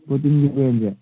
ꯄ꯭ꯔꯣꯇꯤꯟꯒꯤ ꯕ꯭ꯔꯦꯟꯁꯦ